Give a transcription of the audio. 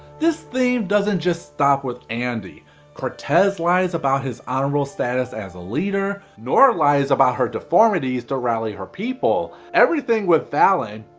this theme doesn't just stop with andi cortas lies about his honorable status as a leader, nor lies about her deformities to rally her people, everything with valen.